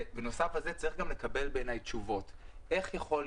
בנוסף, צריך לקבל תשובות לכמה שאלות.